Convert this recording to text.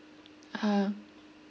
(uh huh)